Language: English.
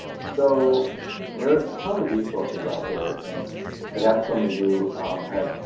so there is a ton of resources out there and perhaps some of you have